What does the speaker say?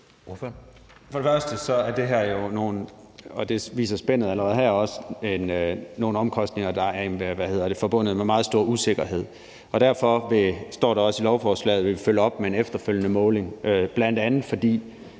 Først og fremmest er det her jo – og det viser spændet her også allerede – nogle omkostninger, der er forbundet med meget stor usikkerhed. Og derfor står der også i lovforslaget, at vi vil følge op med en efterfølgende måling, bl.a. fordi